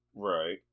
Right